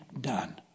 done